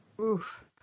Oof